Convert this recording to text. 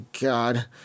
god